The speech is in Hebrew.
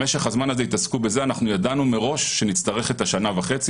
במשך הזמן הזה התעסקו בזה וידענו מראש שנצטרך את השנה וחצי